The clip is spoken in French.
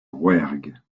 rouergue